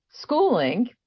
schooling